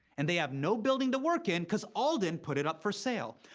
and they have no building to work in, because alden put it up for sale.